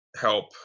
help